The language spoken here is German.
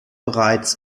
bereits